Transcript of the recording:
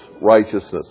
righteousness